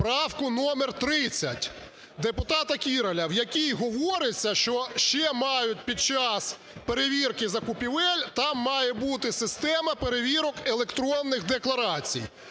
правку номер 30 депутата Кіраля, в якій говориться, що ще мають під час перевірки закупівель, там має бути система перевірок електронних декларацій.